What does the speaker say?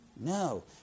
No